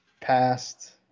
passed